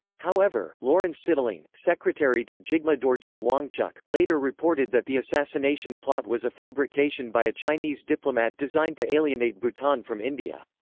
however, lawrence sittling, secretary to jigme dorji wangchuck, later reported that the assassination plot was a fabrication by a chinese diplomat designed to alienate bhutan from india.